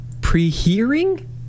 Pre-hearing